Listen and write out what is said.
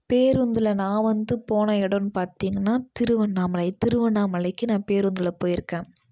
பேருந்தில் நான் வந்து போன இடன்னு பார்த்திங்கன்னா திருவண்ணாமலை திருவண்ணாமலைக்கு நான் பேருந்தில் போய்ருக்கேன்